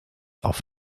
auf